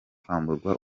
kwamburwa